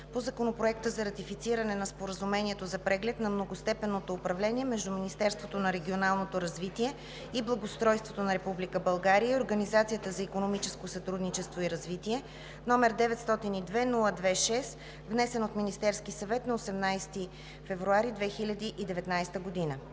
по Законопроект за ратифициране на Споразумението за преглед на многостепенното управление между Министерството на регионалното развитие и благоустройството на Република България и Организацията за икономическо сътрудничество и развитие, № 902-02-6, внесен от Министерския съвет на 18 февруари 2019 г.